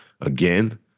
Again